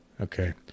Okay